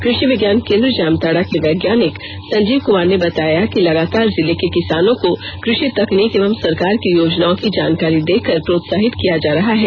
कृषि विज्ञान केंद्र जामताड़ा के वैज्ञानिक संजीव कमार ने बताया है कि लगातार जिले के किसानों को कृषि तकनीक एवं सरकार की योजनाओं की जानकारी देकर कि प्रोत्साहित किया जा रहा है